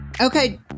Okay